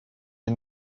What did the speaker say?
est